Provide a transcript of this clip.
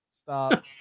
Stop